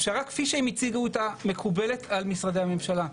הפשרה כפי שהם הציגו אותה מקובל על משרדי הממשלה,